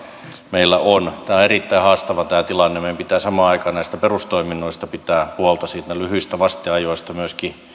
meillä on tämä tilanne on erittäin haastava meidän pitää samaan aikaan näistä perustoiminnoista pitää huolta lyhyistä vasteajoista myöskin